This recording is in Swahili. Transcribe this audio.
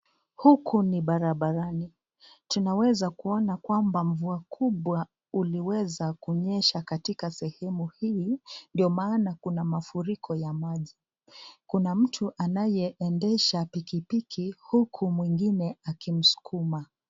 Huku ni barabarani, tunaweza kuona kwamba mvua kubwa uliweza kunyesha katika sehemu hii, ndio maana kuna mafuriko ya maji. Kuna mtu anayeendesha pikipiki, huku mwingine akimsukuma.